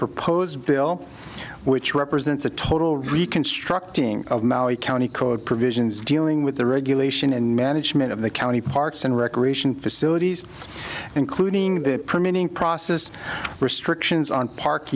proposed bill which represents a total reconstructing of maui county code provisions dealing with the regulation and management of the county parks and recreation facilities including the permitting process restrictions on park